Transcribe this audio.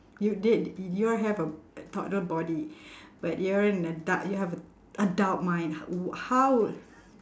you're dead you are have a a toddler body but you are an adult you have a adult mind h~ w~ how would